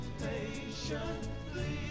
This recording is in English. patiently